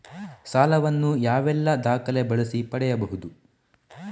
ಸಾಲ ವನ್ನು ಯಾವೆಲ್ಲ ದಾಖಲೆ ಬಳಸಿ ಪಡೆಯಬಹುದು?